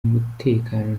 umutekano